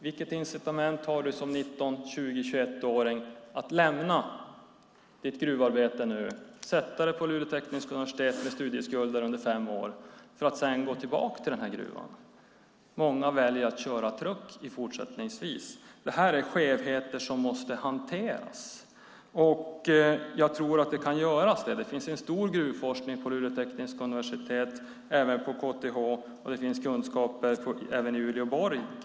Vilket incitament har du som 19-21-åring att lämna ditt gruvarbete, sätta dig fem år på Luleå tekniska universitet, få studieskulder och sedan gå tillbaka till gruvan? Många väljer att köra truck. Det är skevheter som måste hanteras. Jag tror att det kan göras. Det finns stor gruvforskning på Luleå tekniska universitet, på KTH och även i Uleåborg.